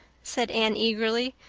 said anne eagerly.